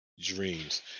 dreams